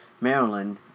Maryland